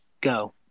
Go